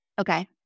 Okay